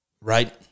right